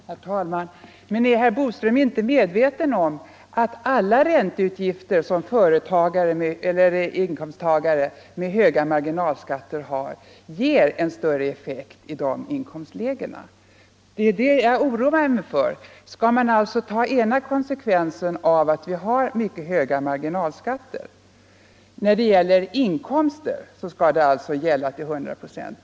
Herr talman! Men är herr Boström inte medveten om att alla ränteutgifter ger större effekt i de högre inkomstlägena? Det är detta jag oroar mig för. Skall man alltså bara ta den ena konsekvensen av att vi har mycket höga marginalskatter? I fråga om inkomster skall de gälla till 100 procent.